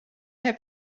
herr